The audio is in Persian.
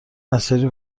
نصیری